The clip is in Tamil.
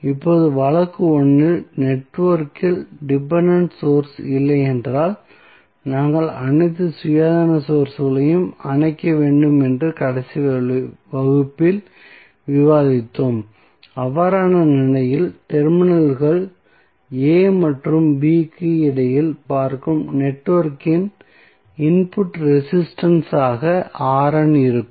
இப்போது வழக்கு 1 இல் நெட்வொர்க்கில் டிபென்டென்ட் சோர்ஸ்கள் இல்லையென்றால் நாங்கள் அனைத்து சுயாதீன சோர்ஸ்களையும் அணைக்க வேண்டும் என்று கடைசி வகுப்பில் விவாதித்தோம் அவ்வாறான நிலையில் டெர்மினல்கள் a மற்றும் b க்கு இடையில் பார்க்கும் நெட்வொர்க்கின் இன்புட் ரெசிஸ்டன்ஸ் ஆக இருக்கும்